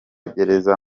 gereza